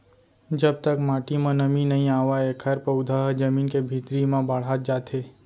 जब तक माटी म नमी नइ आवय एखर पउधा ह जमीन के भीतरी म बाड़हत जाथे